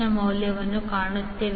ನ ಮೌಲ್ಯವನ್ನು ಕಾಣುತ್ತೇವೆ